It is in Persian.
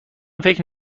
فکر